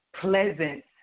pleasant